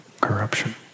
corruption